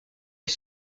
est